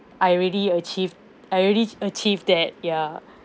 I already achieved I already achieve that ya